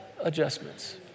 adjustments